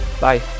Bye